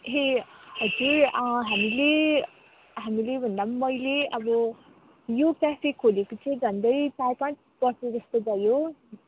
ए हजुर हामीले हामीले भन्दा पनि मैले अब यो क्याफे खोलेको चाहिँ झन्डै चार पाँच वर्ष जस्तो भयो